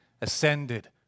ascended